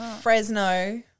Fresno